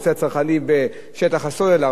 בנושא הצרכני בשטח הסלולר,